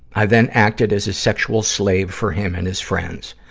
i then acted as a sexual slave for him and his friends.